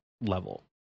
level